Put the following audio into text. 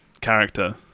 character